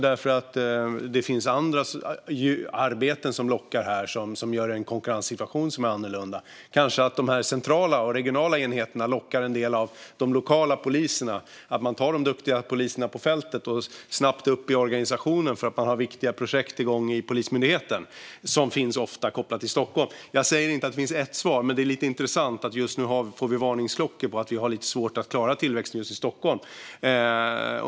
Det finns kanske andra arbeten som lockar här, som gör konkurrenssituationen annorlunda. Kanske lockar de centrala och regionala enheterna en del av de lokala poliserna. Man tar snabbt de duktiga poliserna på fältet upp i organisationen för att man har viktiga projekt i Polismyndigheten. De är ofta kopplade till Stockholm. Jag säger inte att det finns ett svar, men det är lite intressant att vi just nu hör varningsklockor om att vi har lite svårt att klara tillväxten just i Stockholm.